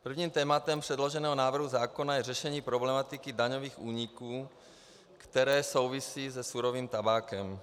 Prvním tématem předloženého návrhu zákona je řešení problematiky daňových úniků, které souvisí se surovým tabákem.